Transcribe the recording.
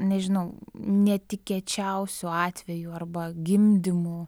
nežinau netikėčiausių atvejų arba gimdymų